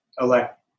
elect